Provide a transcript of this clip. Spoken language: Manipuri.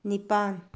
ꯅꯤꯄꯥꯟ